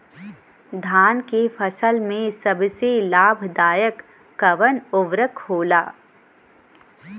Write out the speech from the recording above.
धान के फसल में सबसे लाभ दायक कवन उर्वरक होला?